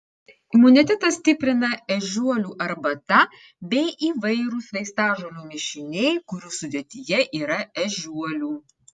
imunitetą stiprina ežiuolių arbata bei įvairūs vaistažolių mišiniai kurių sudėtyje yra ežiuolių